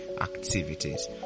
activities